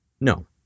No